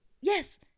Yes